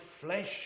flesh